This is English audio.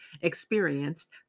experienced